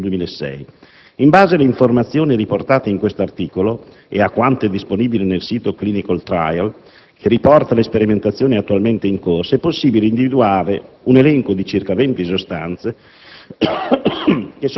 (pubblicazione del 2006). In base alle informazioni riportate in questo articolo e a quanto è disponibile nel sito «clinicaltrials.gov», che riporta le sperimentazioni attualmente in corso, è possibile individuare un elenco di circa 20 sostanze